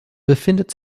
befindet